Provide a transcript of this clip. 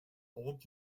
old